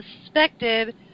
suspected